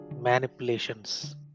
manipulations